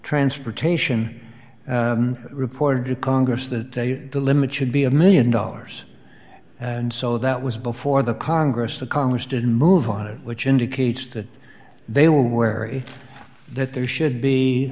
transportation reported to congress that the limit should be a one million dollars and so that was before the congress the congress didn't move on it which indicates that they were aware that there should be